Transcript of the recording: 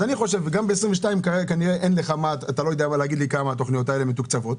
גם ב-22' כנראה אתה לא יודע להגיד לי כמה התוכניות האלה מתוקצבות,